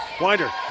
Winder